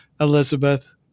Elizabeth